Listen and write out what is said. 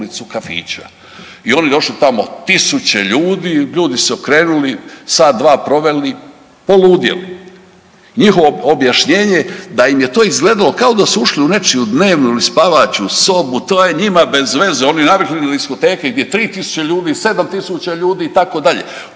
ulicu kafića. I oni došli tamo, tisuće ljudi, ljudi se okrenuli, sat dva proveli, poludjeli. Njihovo objašnjenje da im je to izgledalo kao da su ušli u nečiju dnevnu ili spavaću sobu, to je njima bez veze, oni navikli na diskoteke gdje je 3000 ljudi, 7000 ljudi itd.,